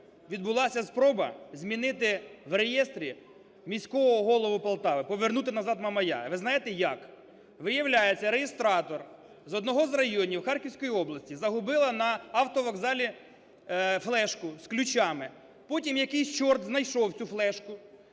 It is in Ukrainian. відбулася спроба змінити в реєстрі міського голову Полтави, повернути назад Мамая. Ви знаєте як? Виявляється, реєстратор з одного з районів Харківської області загубила на автовокзалі флешку з ключами, потім якийсь чорт знайшов цю флешку